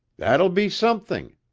that'll be something!